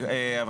אבל,